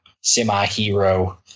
semi-hero